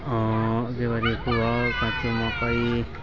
गेवारी उखु भयो काँचो मकै